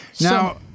Now